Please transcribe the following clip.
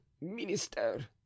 minister